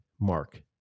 mark